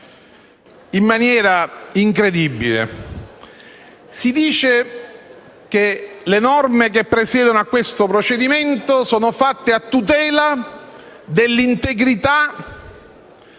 in maniera incredibile. Si dice che le norme che presiedono a questo procedimento sono fatte a tutela dell'integrità